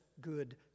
good